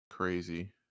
crazy